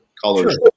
colors